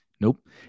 Nope